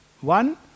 One